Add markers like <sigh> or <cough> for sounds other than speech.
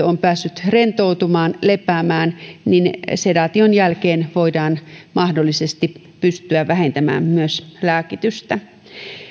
<unintelligible> ovat päässeet rentoutumaan lepäämään niin sedaation jälkeen voidaan mahdollisesti pystyä vähentämään myös lääkitystä